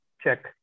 check